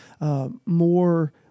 more